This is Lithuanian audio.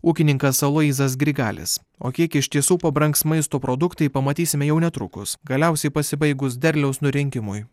ūkininkas aloyzas grigalis o kiek iš tiesų pabrangs maisto produktai pamatysime jau netrukus galiausiai pasibaigus derliaus nurinkimui